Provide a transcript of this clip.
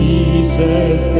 Jesus